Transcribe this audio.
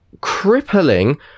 crippling